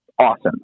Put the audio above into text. awesome